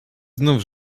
znów